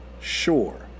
sure